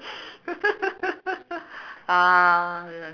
um